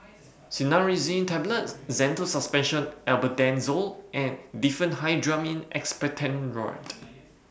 Cinnarizine Tablets Zental Suspension Albendazole and Diphenhydramine Expectorant